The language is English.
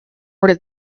that